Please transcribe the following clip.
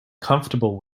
comfortable